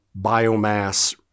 biomass